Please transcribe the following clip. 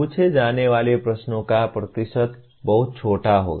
पूछे जाने वाले प्रश्नों का प्रतिशत बहुत छोटा होगा